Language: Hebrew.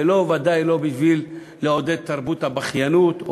וודאי לא בשביל לעודד את תרבות הבכיינות,